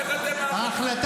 איך אתם --- ההחלטה